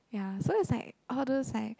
ya so is like all those like